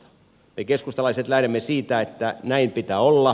me keskustalaiset lähdemme siitä että näin pitää olla